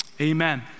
amen